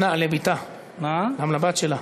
גם לבת שלה.